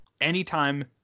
anytime